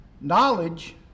Knowledge